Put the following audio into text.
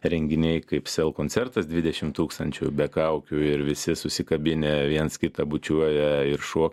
renginiai kaip sel koncertas dvidešim tūkstančių be kaukių ir visi susikabinę viens kitą bučiuoja ir šuo